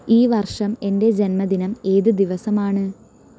ഈ വർഷം എന്റെ ജന്മദിനം ഏത് ദിവസമാണ്